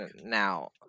now